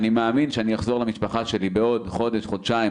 והוא מאמין שהוא יחזור למשפחה שלו בעוד חודש-חודשיים,